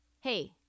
hey